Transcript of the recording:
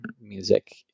music